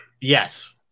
Yes